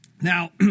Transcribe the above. now